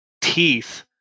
teeth